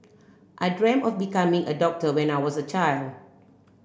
I dreamt of becoming a doctor when I was a child